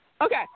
Okay